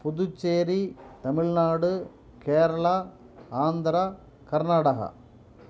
Puducherry Tamil Nadu Kerala Andhra Karnataka